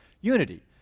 unity